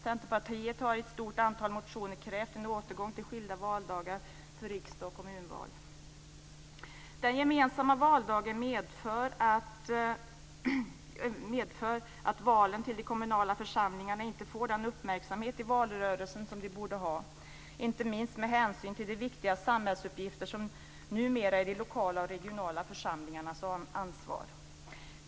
Centerpartiet har i ett stort antal motioner krävt en återgång till skilda valdagar för riksdags och kommunalval. Den gemensamma valdagen medför att valen till de kommunala församlingarna inte får den uppmärksamhet i valrörelsen som de borde ha, inte minst med hänsyn till de viktiga samhällsuppgifter som numera är de lokala och regionala församlingarnas ansvar.